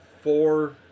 four